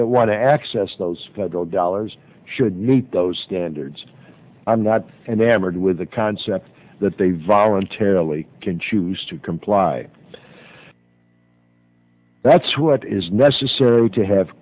that want to access those federal dollars should meet those standards i'm not enamored with the concept that they voluntarily can choose to comply that's what is necessary to have